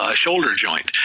ah shoulder joint,